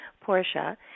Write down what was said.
Portia